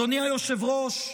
אדוני היושב-ראש,